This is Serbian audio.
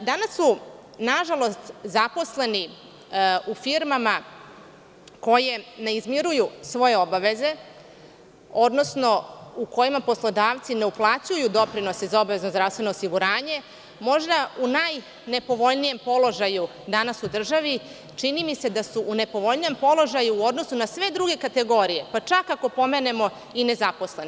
Danas su nažalost, zaposleni u firmama koje ne izmiruju svoje obaveze odnosno u kojima poslodavci ne uplaćuju doprinose za obavezno zdravstveno osiguranje, možda u najnepovoljnijem položaju danas u državi, čini mi se da su nepovoljnijem položaju u odnosu na sve druge kategorije, pa čak ako pomenemo i nezaposlene.